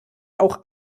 auch